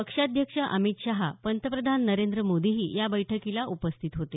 पक्षाध्यक्ष अमित शाह पंतप्रधान नरेंद्र मोदीही या बैठकीला उपस्थित होते